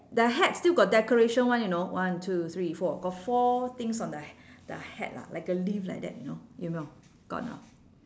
the hat still got decoration [one] you know one two three four got four things on the the hat lah like a leaf like that you know 有没有 got or not